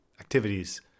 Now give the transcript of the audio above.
activities